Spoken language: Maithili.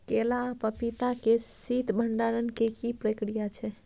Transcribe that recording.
केला आ पपीता के शीत भंडारण के की प्रक्रिया छै?